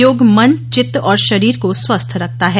योग मन चित्त और शरीर को स्वस्थ रखता है